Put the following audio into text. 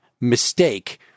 mistake